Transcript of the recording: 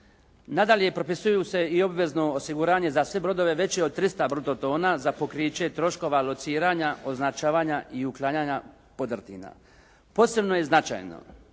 Nadalje, propisuju se i obvezno osiguranje za sve brodove veće od 300 bruto tona za pokriće troškova lociranja, označavanja i uklanjanja podrtina. Posebno je značajno